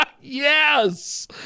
Yes